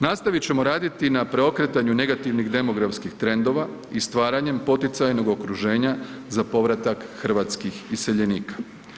Nastavit ćemo raditi na preokretanju negativnih demografskih trendova i stvaranjem poticajnog okruženja za povratak hrvatskih iseljenika.